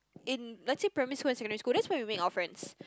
in let's say primary school and secondary school that's when we make our friends